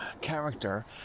character